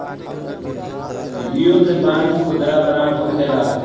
युद्ध बांड खुदरा बांड होखेला